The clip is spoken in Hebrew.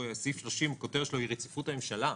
סעיף 30, הכותרת שלו היא רציפות הממשלה.